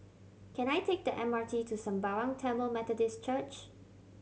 can I take the M R T to Sembawang Tamil Methodist Church